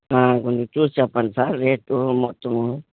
కొంచెం చూసి చెప్పండి సార్ రేటు మొత్తము